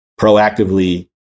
proactively